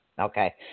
Okay